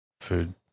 food